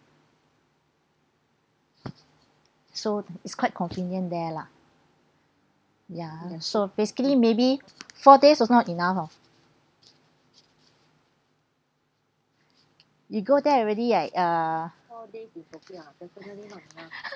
so is is quite convenient there lah ya so basically maybe four days also not enough oh we go there already like uh